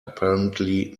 apparently